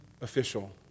official